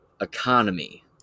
economy